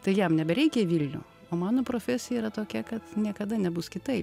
tai jam nebereikia į vilnių o mano profesija yra tokia kad niekada nebus kitaip